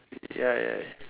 ya ya ya